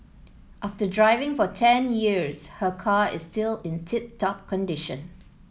after driving for ten years her car is still in tip top condition